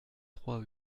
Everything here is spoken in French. trois